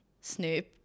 Snoop